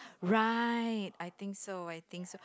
right I think so I think so